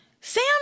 Sam